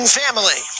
family